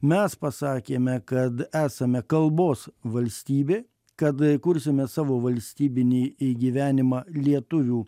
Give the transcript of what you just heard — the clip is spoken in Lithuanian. mes pasakėme kad esame kalbos valstybė kad kursime savo valstybinį į gyvenimą lietuvių